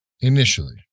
Initially